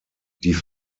die